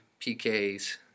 PKs